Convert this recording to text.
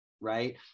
right